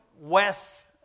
west